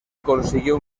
consiguió